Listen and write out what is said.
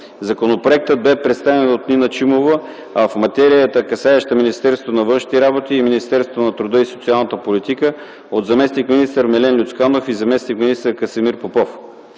законопроектът бе представен от Нина Чимова, а в материята, касаеща Министерството на външните работи и Министерството на труда и социалната политика – от заместник-министър Милен Люцканов и заместник-министър Красимир Попов.